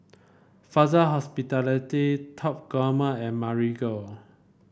Fraser Hospitality Top Gourmet and Marigold